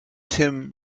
tim